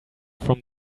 from